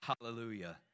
Hallelujah